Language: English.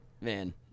man